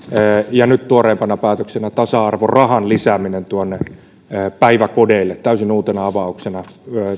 ja nyt tuoreimpana päätöksenä tasa arvorahan lisääminen päiväkodeille täysin uutena avauksena